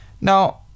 Now